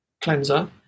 cleanser